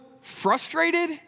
frustrated